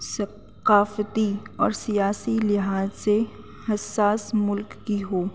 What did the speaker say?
ثقافتی اور سیاسی لحاظ سے حساس ملک کی ہو